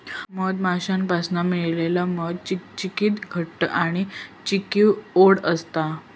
मधमाश्यांपासना मिळालेला मध चिकचिकीत घट्ट आणि चवीक ओड असता